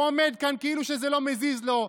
הוא עומד כאן כאילו שזה לא מזיז לו,